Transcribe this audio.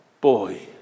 boy